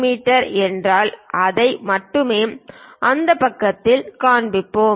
me என்றால் அதை மட்டுமே அந்தப் பக்கத்தில் காண்பிப்போம்